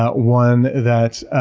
ah one that